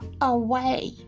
away